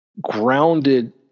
grounded